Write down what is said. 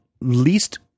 least